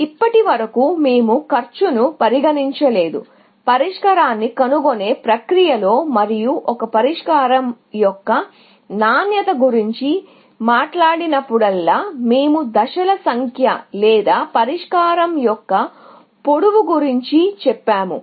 ఇప్పటివరకు మేము కాస్ట్ను పరిగణించలేదు పరిష్కారాన్ని కనుగొనే ప్రక్రియలో ఒక పరిష్కారం యొక్క నాణ్యత గురించి మాట్లాడినప్పుడల్లా మేము దశల సంఖ్య లేదా పరిష్కారం యొక్క పొడవు గురించి చెప్పాము